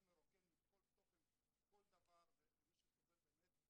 מרוקן מכל תוכן כל דבר ומי שסובל באמת,